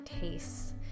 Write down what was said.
tastes